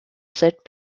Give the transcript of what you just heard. cette